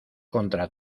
contra